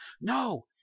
No